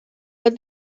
but